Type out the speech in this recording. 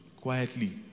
quietly